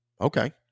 Okay